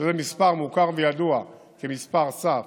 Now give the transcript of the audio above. שזה מספר מוכר וידוע כמספר סף